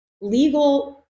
legal